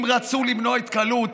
אם רצו למנוע התקהלות,